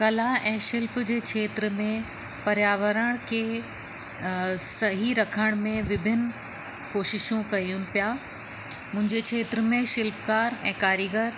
कला ऐं शिल्प जे खेत्र में पर्यावरण के सही रखण में विभिन्न कोशिशूं कयूं पिया मुंहिंजे खेत्र में शिल्पकार ऐं कारीगर